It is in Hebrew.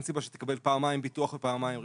סיבה שתקבל פעמיים ביטוח או פעמיים רישיון.